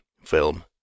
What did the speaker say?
film